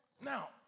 Now